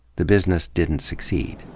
the business didn't succeed.